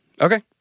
Okay